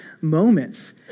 moments